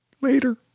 Later